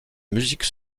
musique